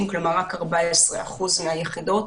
כלומר רק 14% מהיחידות.